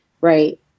right